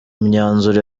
myanzuro